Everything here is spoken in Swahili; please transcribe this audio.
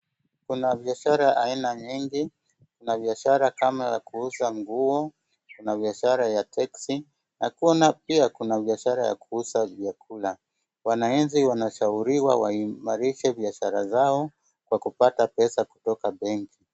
Kuna biashara aina nyingi, kuna biashara kama ya kuuza nguo, kuna biashara ya teksi na pia kuna biashara ya kuuza vyakula. Wananchi wanashauriwa waimarishe biashara zao kwa kupata pesa kutoka benki.